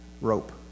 rope